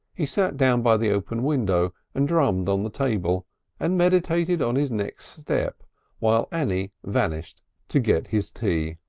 he sat down by the open window and drummed on the table and meditated on his next step while annie vanished to get his tea.